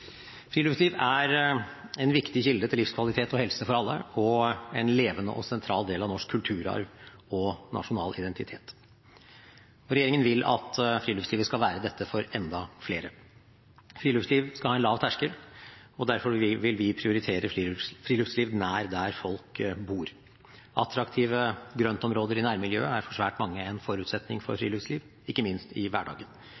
Friluftsliv er en viktig kilde til livskvalitet og helse for alle og en levende og sentral del av norsk kulturarv og nasjonal identitet. Regjeringen vil at friluftslivet skal være dette for enda flere. Friluftsliv skal ha en lav terskel, og derfor vil vi prioritere friluftsliv nær der folk bor. Attraktive grøntområder i nærmiljøet er for svært mange en forutsetning for